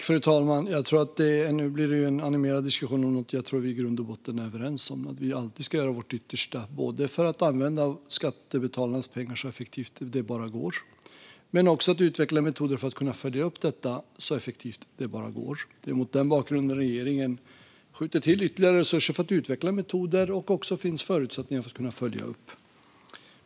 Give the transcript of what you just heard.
Fru talman! Nu blev det en animerad diskussion om något jag tror att vi i grund och botten är överens om - att vi alltid ska göra vårt yttersta för att använda skattebetalarnas pengar så effektivt det bara går men också utveckla metoder för att kunna följa upp detta så effektivt det bara går. Det är mot den bakgrunden regeringen skjuter till ytterligare resurser för att utveckla metoder och så att det finns förutsättningar att följa upp.